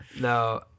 No